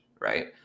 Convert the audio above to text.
right